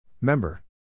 Member